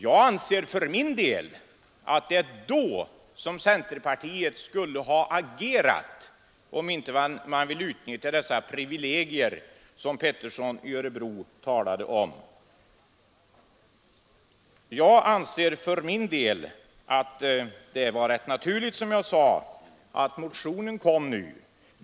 Jag anser för min del att det var vid detta tillfälle som centerpartiet skulle ha agerat, om man inte vill utnyttja de ”privilegier” som herr Pettersson i Örebro talade om. Som jag sade anser jag att det var rätt naturligt att motionen kom nu.